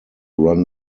run